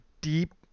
deep